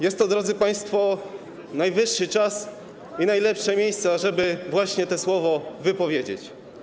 Jest to, drodzy państwo, najwyższy czas i najlepsze miejsce, ażeby właśnie to słowo wypowiedzieć.